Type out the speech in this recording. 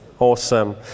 Awesome